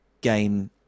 game